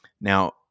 now